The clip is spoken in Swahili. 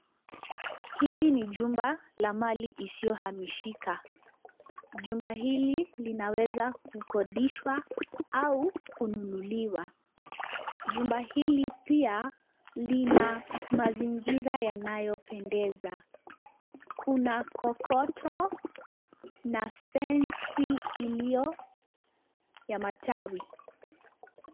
Hili ni jumba la mali isiyohamishika. Jumba hili linaweza kukodishwa au kununuliwa. Jumba hili pia lina mazingira yanayopendeza. Kuna kokoto na fensi iliyo ya matawi.